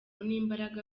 n’imbaraga